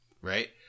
right